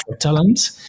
talent